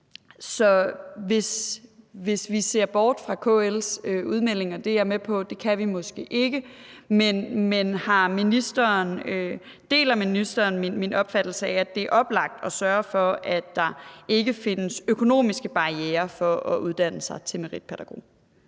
ikke kan se bort fra KL's udmeldinger, men deler ministeren min opfattelse at, at det er oplagt at sørge for, at der ikke findes økonomiske barrierer for at uddanne sig til meritpædagog?